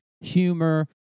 humor